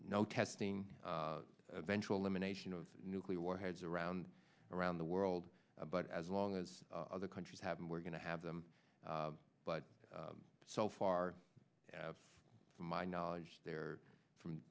no testing eventual elimination of nuclear warheads around around the world but as long as other countries have and we're going to have them but so far have my knowledge there from